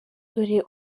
dore